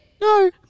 No